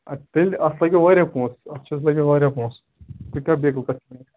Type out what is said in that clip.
اَدٕ تیٚلہِ اَتھ لگوٕ واریاہ پونٛسہٕ اَتھ چھِ لَگوٕ واریاہ پونٛسہٕ تُہۍ کیٛاہ بیقل کَتھ کران